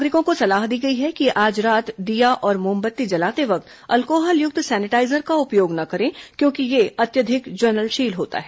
नागरिकों को सलाह दी गई है कि आज रात दीया और मोमबत्ती जलाते समय अल्कोहल युक्त सैनिटाइजर का उपयोग न करें क्योंकि यह अत्यधिक ज्वलनशील होता है